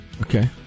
Okay